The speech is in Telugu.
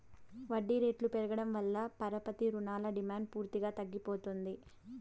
వడ్డీ రేట్లు పెరగడం వల్ల పరపతి రుణాల డిమాండ్ పూర్తిగా తగ్గిపోతుంది